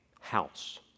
house